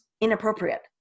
inappropriate